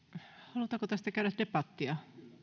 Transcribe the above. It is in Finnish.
halutaanko tästä käydä debattia